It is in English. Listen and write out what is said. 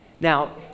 Now